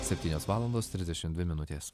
septynios valandos trisdešim dvi minutės